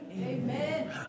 Amen